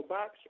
Box